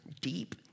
deep